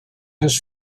has